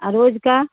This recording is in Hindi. और रोज़ का